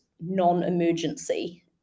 non-emergency